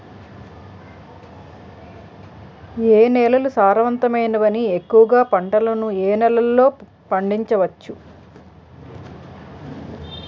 ఏ నేలలు సారవంతమైనవి? ఎక్కువ గా పంటలను ఏ నేలల్లో పండించ వచ్చు?